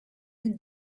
mid